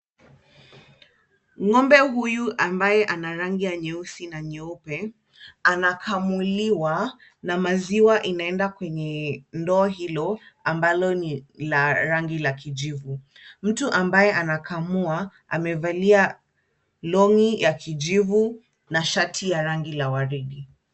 Ng'ombe huyu ambaye ana rangi ya nyeusi na nyeupe anakamuliwa na maziwa inaenda kwenye ndoo hilo ambalo ni la rangi la kijivu. Mtu ambaye anakamua, amevalia long'i ya kijivu na shati ya rangi la waridi.